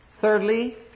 thirdly